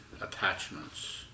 Attachments